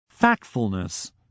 Factfulness